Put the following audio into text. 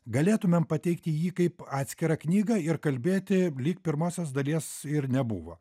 galėtumėm pateikti jį kaip atskirą knygą ir kalbėti lyg pirmosios dalies ir nebuvo